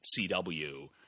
CW –